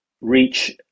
reach